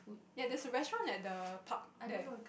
ya there's a restaurant at the park there